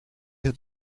had